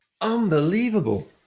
unbelievable